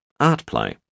artplay